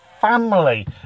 family